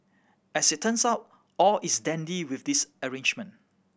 as it turns out all is dandy with this arrangement